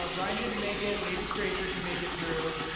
ah rein didn't make it. maybe tracer can make it through.